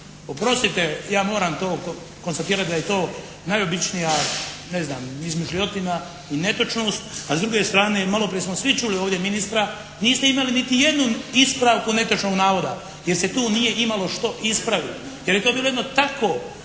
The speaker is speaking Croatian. Oprostite ja moram to konstatirati da je to najobičnija, ne znam, izmišljotina i netočnost a s druge strane i maloprije smo svi čuli ovdje ministra niste imali niti jednu ispravku netočnog navoda jer se tu nije imalo što ispraviti? Jer je to bilo jedno tako